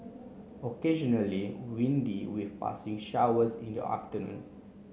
occasionally Windy with passing showers in the afternoon